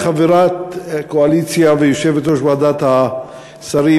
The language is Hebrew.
כחברת קואליציה וכיושבת-ראש ועדת השרים,